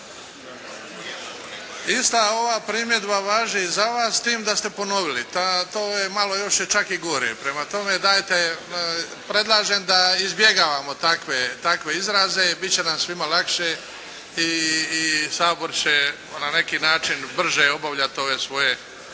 Ista ova primjedba važi i za vas, s tim da ste ponovili, pa to je malo čak još i gore. Prema tome dajte, predlažem da izbjegavamo takve izraze. Bit će nam svima lakše i Sabor će na neki način obavljat ove svoje